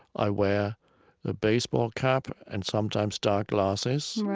i wear a baseball cap and sometimes dark glasses.